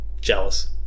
Jealous